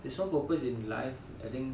there's one purpose in life I think